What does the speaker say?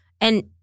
And-